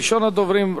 ראשון הדוברים,